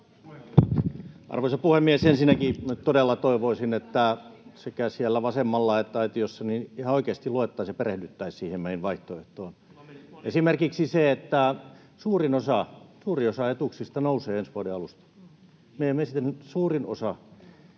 Arvoisa puhemies! Ensinnäkin todella toivoisin, että sekä siellä vasemmalla että aitiossa ihan oikeasti luettaisiin ja perehdyttäisiin meidän vaihtoehtoon. Esimerkiksi se, että suurin osa etuuksista nousee ensi vuoden alusta. [Anneli Kiljusen välihuuto]